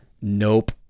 Nope